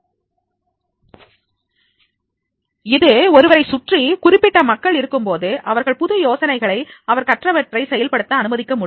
அதாவது ஒருவரை சுற்றி குறிப்பிட்ட மக்கள் இருக்கும்போது அவர்கள் புது யோசனைகளை அவர் கற்றவற்றை செயல்படுத்த அனுமதிக்க வேண்டும்